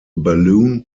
balloon